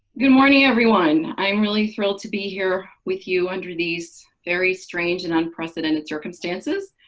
good morning, everyone. i'm really thrilled to be here with you under these very strange and unprecedented circumstances.